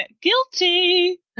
guilty